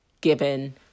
given